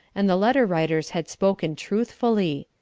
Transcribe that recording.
and the letter-writers had spoken truthfully.